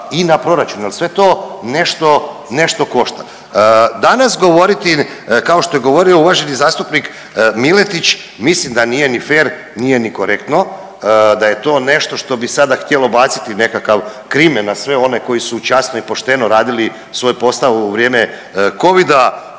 i na proračun. Ali sve to nešto košta. Danas govoriti kao što je govorio uvaženi zastupnik Miletić mislim da nije ni fer, nije ni korektno. Da je to nešto što bi sada htjelo baciti nekakav crimen na sve one koji su časno i pošteno radili svoj posao u vrijeme covida.